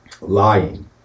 lying